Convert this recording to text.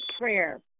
prayer